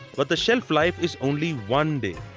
but the shelf life is only one day.